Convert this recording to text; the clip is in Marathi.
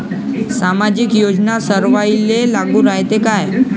सामाजिक योजना सर्वाईले लागू रायते काय?